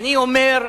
אני אומר,